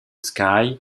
sky